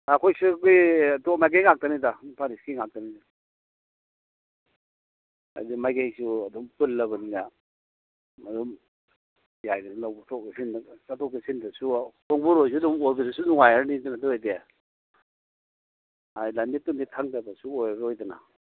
ꯑꯩꯈꯣꯏ ꯁꯣꯝꯒꯤ ꯇꯣꯞ ꯃꯥꯏꯀꯩ ꯉꯥꯛꯇꯅꯤꯗ ꯏꯝꯐꯥꯜ ꯏꯁꯀꯤ ꯉꯥꯛꯇꯅꯤ ꯑꯗꯨ ꯃꯥꯏꯀꯩꯁꯨ ꯑꯗꯨꯝ ꯄꯨꯜꯂꯕꯅꯤꯅ ꯑꯗꯨꯝ ꯌꯥꯏꯗ ꯂꯧꯊꯣꯛ ꯂꯧꯁꯤꯟ ꯆꯠꯊꯣꯛ ꯆꯠꯁꯤꯟꯗꯁꯨ ꯈꯣꯡꯕꯨꯔꯣꯏꯁꯨ ꯑꯗꯨꯝ ꯑꯣꯏꯕꯗꯁꯨ ꯅꯨꯡꯉꯥꯏꯔꯅꯤ ꯑꯗꯨ ꯑꯣꯏꯔꯗꯤ ꯂꯝꯃꯤꯠ ꯇꯨꯃꯤꯠ ꯈꯪꯗꯕꯁꯨ ꯑꯣꯏꯔꯔꯣꯏꯗꯅ